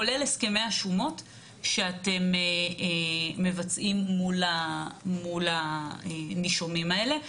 כולל הסכמי השומות שאתם מבצעים מול הנישומים האלה,